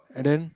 and then